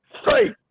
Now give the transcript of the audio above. Straight